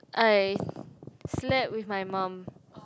I slept with my mum